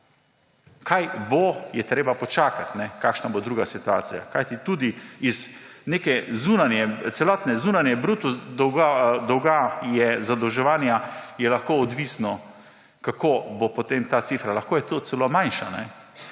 Kaj bo, je treba počakati, kakšna bo druga situacija, kajti tudi iz nekega celotnega zunanjega bruto dolga zadolževanje je lahko odvisno, kako bo potem ta cifra. lahko je celo manjša.